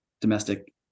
domestic